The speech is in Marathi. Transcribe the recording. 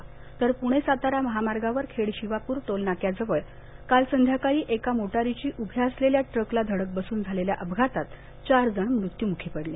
अपयात तर पुणे सातारा महामार्गावर खेड शिवापूर टोलनाक्याजवळ काल संध्याकाळी एका मोटारीची उभ्या असलेल्या ट्रकला धडक बसून झालेल्या अपघातात चार जण मृत्युमुखी पडले